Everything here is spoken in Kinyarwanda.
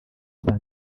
saa